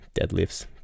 deadlifts